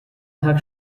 tag